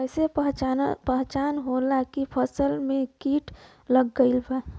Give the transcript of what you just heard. कैसे पहचान होला की फसल में कीट लग गईल बा?